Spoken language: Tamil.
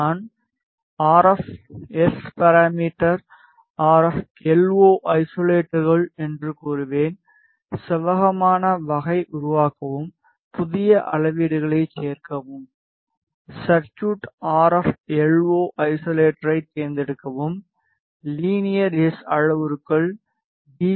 நான் RF S parameter RF LO isolator என்று கூறுவேன் செவ்வகமான வகை உருவாக்கவும் புதிய அளவீடுகளைச் சேர்க்கவும் சர்குய்ட் ஆர்எப் எல்ஓ ஐசோலேட்டரைத் தேர்ந்தெடுக்கவும் லீனியர் எஸ் அளவுருக்கள் டி